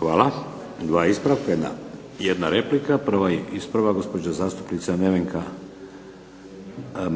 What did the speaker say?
Hvala. Dva ispravka, jedna replika. Prva je ispravak gospođa zastupnica Nevenka